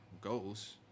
goals